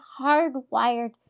hardwired